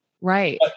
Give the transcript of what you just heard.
Right